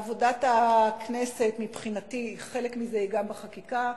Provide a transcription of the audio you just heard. עבודת הכנסת, מבחינתי, חלק מזה הוא גם בחקיקה.